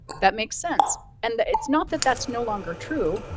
that makes sense, and it's not that that's no longer true,